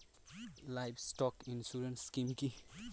Livestock insurance scheme কি?